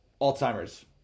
Alzheimer's